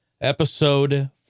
Episode